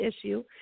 issue